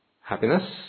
happiness